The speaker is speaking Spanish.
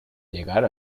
llegar